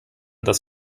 dass